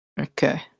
Okay